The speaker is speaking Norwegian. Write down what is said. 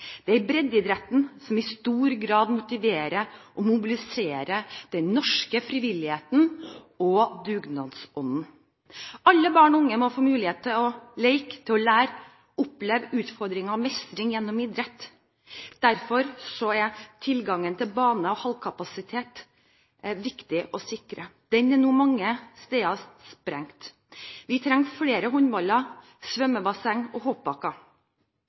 vårt. Det er breddeidretten som i stor grad motiverer og mobiliserer den norske frivilligheten og dugnadsånden. Alle barn og unge må få mulighet til å leke, lære og oppleve utfordringer og mestring gjennom idrett. Derfor er tilgangen til bane- og hallkapasitet viktig å sikre. Den er nå mange steder sprengt. Vi trenger flere håndballhaller, svømmebassenger og